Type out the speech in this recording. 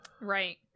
Right